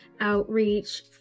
outreach